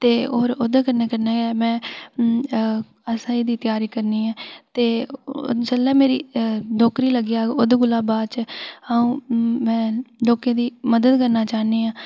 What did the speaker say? ते होर ओह्दे कन्नै कन्नै गे में एस्स आई दी त्यारी करनी ऐ ते जेल्लै मेरी नौकरी लग्गी जाह्ग ओह्दे कोला बाच अ'ऊं लोकें दी मदद करन चाह्न्नी आं